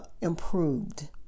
improved